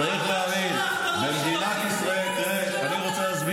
צריך להבין, במדינת ישראל, אתה שלחת לו